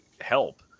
help